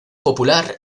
popular